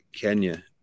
Kenya